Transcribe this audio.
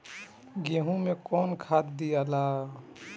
गेहूं मे कौन खाद दियाला?